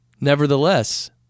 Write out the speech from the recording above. Nevertheless